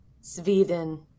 Sweden